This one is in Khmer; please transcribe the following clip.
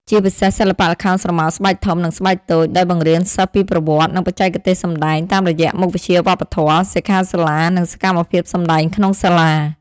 ជាពិសេសសិល្បៈល្ខោនស្រមោលស្បែកធំ និងស្បែកតូច ដោយបង្រៀនសិស្សពីប្រវត្តិ និងបច្ចេកទេសសម្តែង តាមរយៈមុខវិជ្ជាវប្បធម៌ សិក្ខាសាលា និងសកម្មភាពសម្តែងក្នុងសាលា។